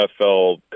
NFL